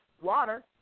water